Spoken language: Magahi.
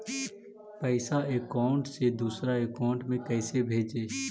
पैसा अकाउंट से दूसरा अकाउंट में कैसे भेजे?